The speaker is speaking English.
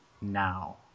now